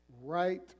right